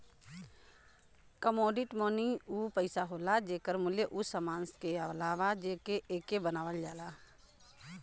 commodity money उ पइसा होला जेकर मूल्य उ समान से आवला जेसे एके बनावल जाला